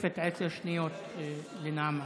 תוספת עשר שניות לנעמה.